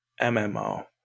MMO